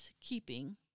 keeping